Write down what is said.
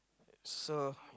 so